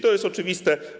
To jest oczywiste.